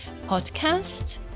podcast